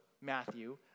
Matthew